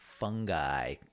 fungi